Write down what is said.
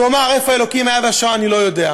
אז הוא אמר: איפה האלוקים היה בשואה אני לא יודע,